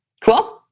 Cool